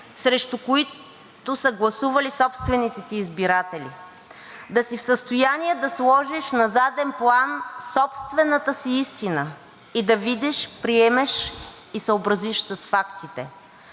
срещу които са гласували собствените ти избиратели, да си в състояние да сложиш на заден план собствената си истина и да видиш, приемеш и се съобразиш с фактите.